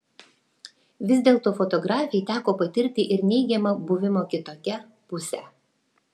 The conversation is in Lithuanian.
vis dėlto fotografei teko patirti ir neigiamą buvimo kitokia pusę